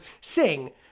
sing